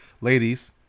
Ladies